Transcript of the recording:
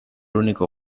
único